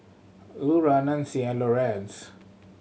Lura Nanci and Lorenz